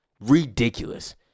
Ridiculous